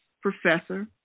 Professor